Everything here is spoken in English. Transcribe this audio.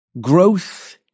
growth